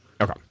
Okay